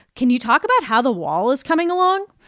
can you talk about how the wall is coming along?